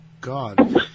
god